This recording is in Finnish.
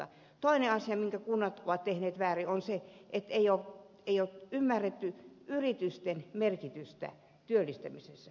toinen asia minkä kunnat ovat tehneet väärin on se että ei ole ymmärretty yritysten merkitystä työllistämisessä